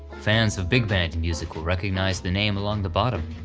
fans of big-band music will recognize the name along the bottom.